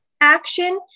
action